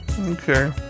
Okay